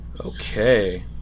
Okay